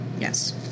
Yes